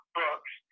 books